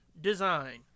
design